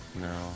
no